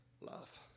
love